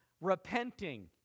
repenting